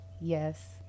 yes